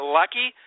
lucky